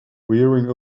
rearing